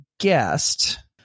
guest